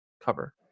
cover